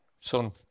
son